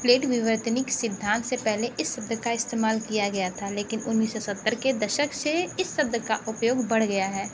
plate विवर्तनिक सिद्धांत से पहले इस शब्द का इस्तेमाल किया गया था लेकिन उन्नीस सौ सत्तर के दशक से इस शब्द का उपयोग बढ़ गया है